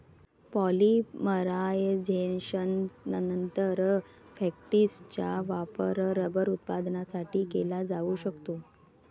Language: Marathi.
पॉलिमरायझेशननंतर, फॅक्टिसचा वापर रबर उत्पादनासाठी केला जाऊ शकतो